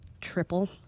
triple